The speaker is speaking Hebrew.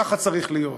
ככה צריך להיות.